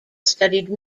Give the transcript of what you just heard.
studied